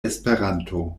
esperanto